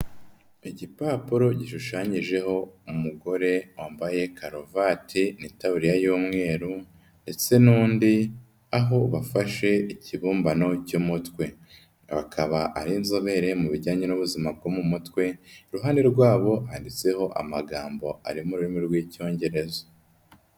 Igipapuro gishushanyijeho umugore wambaye karuvati n'itaburiya y'umweru ndetse n'undi, aho bafashe ikibumbano cy'umutwe. Bakaba ari inzobere mu bijyanye n'ubuzima bwo mu mutwe, iruhande rwabo handitseho amagambo ari mu rurimi rw'icyongereza.